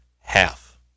half